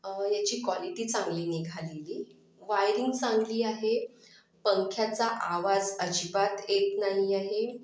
याची कॉलिटी चांगली निघालेली वायरिंग चांगली आहे पंख्याचा आवाज अजिबात येत नाही आहे